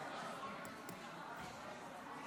להלן התוצאות: